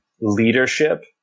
leadership